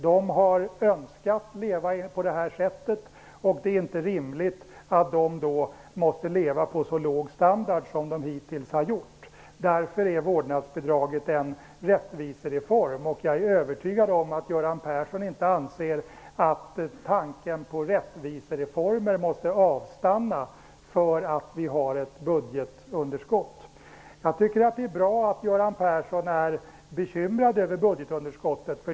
Dessa familjer har önskat leva på det här sättet, och det är inte rimligt att de då måste ha en så låg standard som de hittills har haft. Därför är vårdnadsbidraget en rättvisereform. Jag är övertygad om att Göran Persson inte anser att tanken på rättvisereformer måste avstanna därför att vi har ett budgetunderskott. Jag tycker att det är bra att Göran Persson är bekymrad över budgetunderskottet.